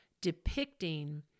depicting